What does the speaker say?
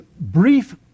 brief